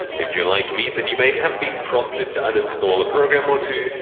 if you're like me then you may have been prompted to uninstall a program or two,